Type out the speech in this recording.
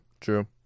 true